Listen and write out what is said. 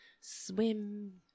swim